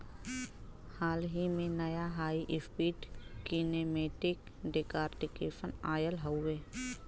हाल ही में, नया हाई स्पीड कीनेमेटिक डिकॉर्टिकेशन आयल हउवे